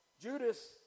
Judas